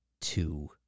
two